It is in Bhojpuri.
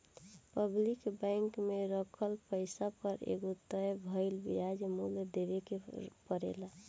पब्लिक बैंक में राखल पैसा पर एगो तय भइल ब्याज मूल्य देवे के परेला